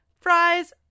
fries